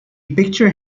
picture